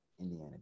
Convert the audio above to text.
Indiana